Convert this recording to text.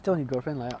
叫你 girlfriend 来 ah